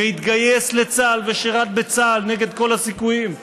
הוא התגייס לצה"ל ושירת בצה"ל נגד כל הסיכויים.